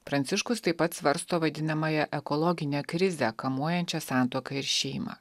pranciškus taip pat svarsto vadinamąją ekologinę krizę kamuojančią santuoką ir šeimą